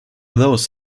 those